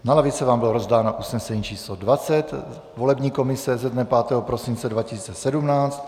Na lavice vám bylo rozdáno usnesení č. 20 volební komise ze dne 5. prosince 2017.